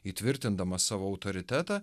įtvirtindamas savo autoritetą